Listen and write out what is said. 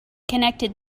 connected